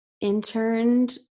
interned